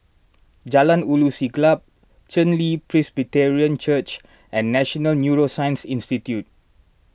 Jalan Ulu Siglap Chen Li Presbyterian Church and National Neuroscience Institute